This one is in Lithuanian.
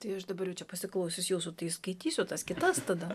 tai aš dabar jau čia pasiklausius jūsų tai skaitysiu tas kitas tada